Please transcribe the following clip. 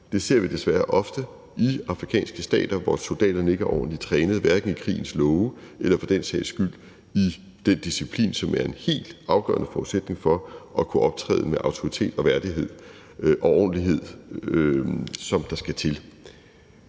Det ser vi desværre ofte i afrikanske stater, hvor soldaterne hverken er ordentligt trænet i krigens love eller for den sags skyld i den disciplin, som er en helt afgørende forudsætning for at kunne optræde med den autoritet og værdighed og ordentlighed, som der skal til.